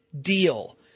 deal